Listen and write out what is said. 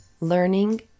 learning